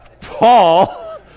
Paul